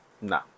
no